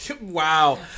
Wow